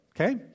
Okay